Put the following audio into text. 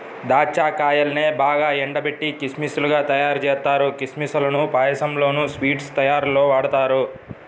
దాచ్చా కాయల్నే బాగా ఎండబెట్టి కిస్మిస్ లుగా తయ్యారుజేత్తారు, కిస్మిస్ లను పాయసంలోనూ, స్వీట్స్ లోనూ వాడతారు